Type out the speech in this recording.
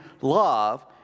love